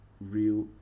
real